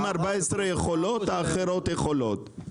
אם 14 יכולות, גם האחרות יכולות.